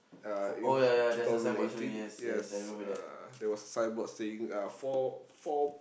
uh in two thousand eighteen yes uh there was a signboard saying uh four four